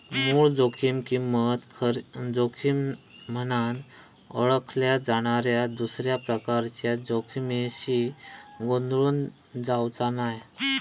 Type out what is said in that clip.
मूळ जोखीम किंमत जोखीम म्हनान ओळखल्या जाणाऱ्या दुसऱ्या प्रकारच्या जोखमीशी गोंधळून जावचा नाय